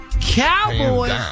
Cowboys